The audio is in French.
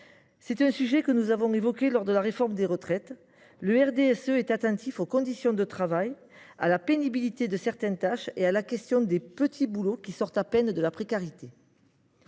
C’est un sujet que nous avons évoqué lors de la réforme des retraites : le RDSE est attentif aux conditions de travail, à la pénibilité de certaines tâches et à la question des petits boulots qui sortent à peine de la précarité.